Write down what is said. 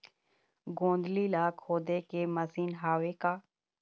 गोंदली ला खोदे के मशीन हावे का?